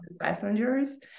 passengers